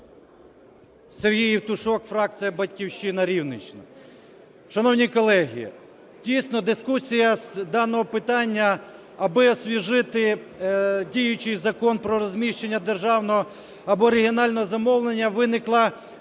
Сергій Євтушок, фракція "Батьківщина", Рівненщина. Шановні колеги, дійсно дискусія з даного питання, аби освіжити діючий закон про розміщення державного або регіонального замовлення, виникла у